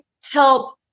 help